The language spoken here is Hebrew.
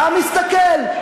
העם מסתכל.